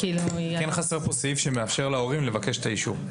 תמי, חסר כאן סעיף שמאפר להורים לבקש את האישור.